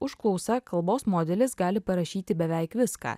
užklausą kalbos modelis gali parašyti beveik viską